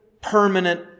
permanent